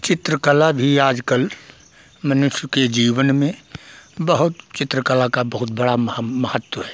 चित्रकला भी आज कल मनुष्य के जीवन में बहुत चित्रकला का बहुत बड़ा महत्व महत्व है